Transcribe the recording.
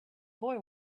boy